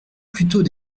plutôt